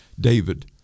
David